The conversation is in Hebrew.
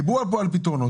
דיברו פה על פתרונות.